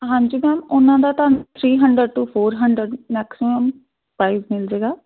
ਹਾਂਜੀ ਮੈਮ ਉਹਨਾਂ ਦਾ ਤੁਹਾਨੂੰ three hundred two four hundred maximum price ਮਿਲ ਜਾਏਗਾ